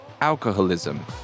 alcoholism